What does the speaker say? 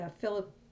philip